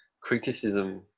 criticism